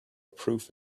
proof